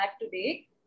today